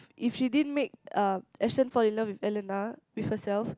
if she didn't make uh Ashton fall in love with Elena with herself